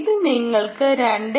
ഇത് നിങ്ങൾക്ക് 2